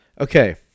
Okay